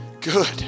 good